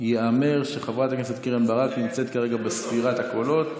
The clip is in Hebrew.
ייאמר שחברת הכנסת קרן ברק נמצאת כרגע בספירת הקולות,